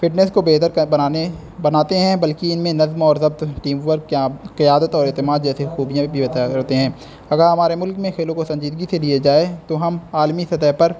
fitness کو بہتر کا بنانے بناتے ہیں بلکہ ان میں نظم و اور ضبط ٹیم ورک کیا قیادت اور اعتماد جیسے خوبیاں بھی بتایا کرتے ہیں اگر ہمارے ملک میں کھیلوں کو سنجیدگی سے لیا جائے تو ہم عالمی سطح پر